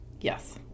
Yes